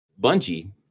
Bungie